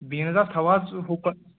beans حظ تھاو حظ ہُہ کُن